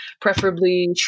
preferably